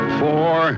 four